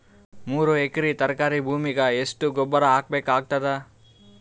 ಮೂರು ಎಕರಿ ತರಕಾರಿ ಭೂಮಿಗ ಎಷ್ಟ ಗೊಬ್ಬರ ಹಾಕ್ ಬೇಕಾಗತದ?